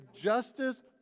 justice